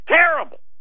terrible